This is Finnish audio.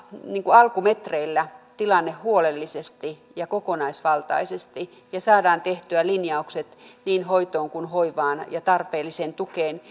alkumetreillä katsotaan tilanne huolellisesti ja kokonaisvaltaisesti ja saadaan tehtyä linjaukset niin hoitoon kuin hoivaan ja tarpeelliseen tukeen